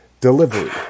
delivery